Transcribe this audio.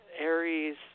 Aries